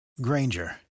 Granger